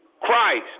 Christ